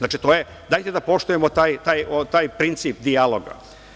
Dajte da poštujemo taj princip dijaloga.